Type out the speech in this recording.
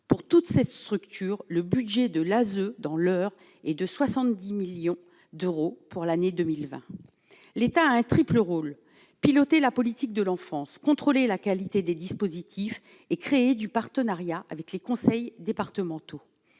pour toutes ces structures, le budget de l'ASE dans l'Eure et de 70 millions d'euros pour l'année 2020, l'État a un triple rôle piloter la politique de l'Enfance contrôler la qualité des dispositifs et créer du partenariat avec les conseils départementaux